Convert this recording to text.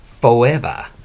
Forever